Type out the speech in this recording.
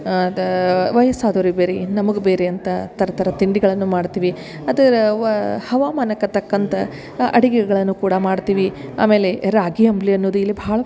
ಅದಾ ವಯ್ಸು ಆದವ್ರಿಗೆ ಬೇರೆ ನಮಗೆ ಬೇರೆ ಅಂತ ಥರ ಥರ ತಿಂಡಿಗಳನ್ನು ಮಾಡ್ತೀವಿ ಅದ್ರ ವ ಹವಮಾನಕ್ಕ ತಕ್ಕಂಥಾ ಅಡಿಗೆಗಳನ್ನು ಕೂಡ ಮಾಡ್ತೀವಿ ಅಮೇಲೆ ರಾಗಿ ಅಂಬ್ಲಿ ಅನ್ನೋದು ಇಲ್ಲಿ ಭಾಳ